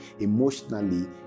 emotionally